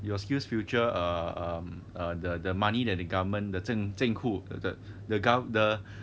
your skillsfuture um err the the money that the government the zeng hu the the gov~